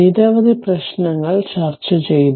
നിരവധി പ്രശ്നങ്ങൾ ചർച്ച ചെയ്തു